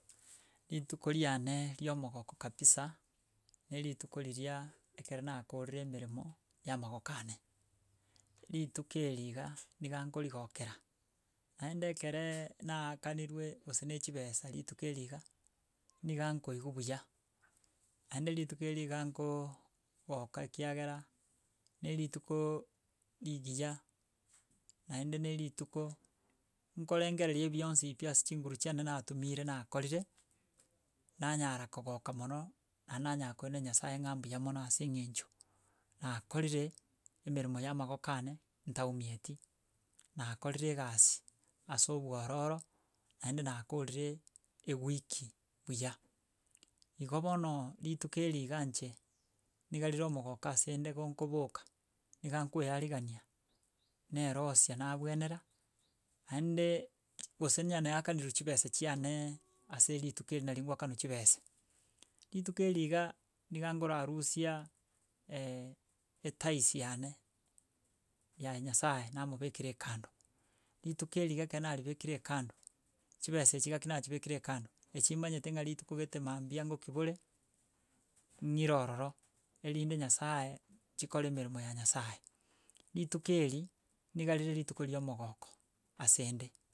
Rituko riane ria omogoko kabisa, na rituko riria ekero nakorire emeremo ya mogoko ane, rituko erio iga niga nkorigokera, naende ekereee naakanirwe gose na echibesa rituko erio iga, niga nkoigwa buya. Naaende rituko erio iga nkoooogoka ekiagera na ritukoooo rigiya naende na rituko nkorengereri ebionsi pi ase chinguru chiane natumire nakorire, nanyara kogoka mono, naende nanyara koiranera nyasaye ng'a mbuya mono ase eng'encho, nakorire emeremo ya amagoko ane, ntaumieti nakorire egasi ase obwororo naende nakorire ewiki buya. Igo bono rituko erio iga inche, niga rire omogoko ase nde ngonkoboka, niga nkoearigania naerosia nabwenera, naendee gose onye naakaneriwu chibesa chiane ase rituko eri nari ngoakanwa chibesa, rituko eri iga, niga nkorarusia etaisi yane ya nyasaye namobekera ekando, rituko erio iga ekero naribekire kando, chibesa echi iga ki nachibekire kando, echi manyete ng'a rituko gete mambia ngoki bore, ng'ire ororo erinde nyasaye chikore emeremo ya nyasaye, rituko erio niga rituko riomogoko ase nde.